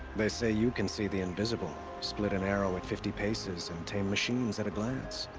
they say you can see the invisible. split an arrow at fifty paces, and tame machines at a glance.